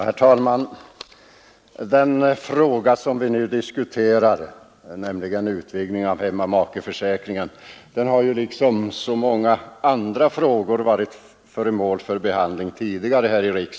Herr talman! Den fråga som vi nu diskuterar, utbyggnad av hemmamakeförsäkringen, har liksom så många andra frågor varit föremål för riksdagsbehandling tidigare.